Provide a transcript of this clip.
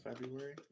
February